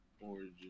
origin